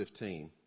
15